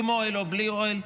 עם אוהל או בלי אוהל,